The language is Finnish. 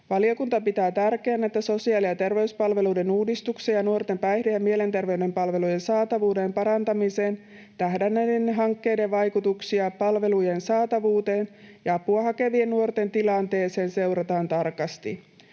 Valiokunta pitää tärkeänä, että sosiaali‑ ja terveyspalveluiden uudistukseen ja nuorten päihde‑ ja mielenterveyden palvelujen saatavuuden parantamiseen tähdänneiden hankkeiden vaikutuksia palvelujen saatavuuteen ja apua hakevien nuorten tilanteeseen seurataan tarkasti.